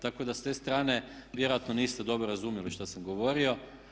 Tako da s te strane vjerojatno niste dobro razumjeli što sam govorio.